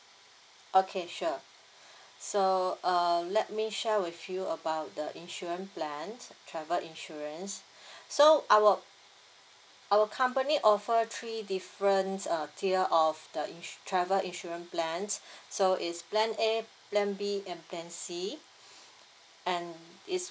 okay sure so uh let me share with you about the insurance plans travel insurance so our our company offer three difference uh tier of the insur~ travel insurance plans so is plan A plan B and plan C and is